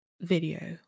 video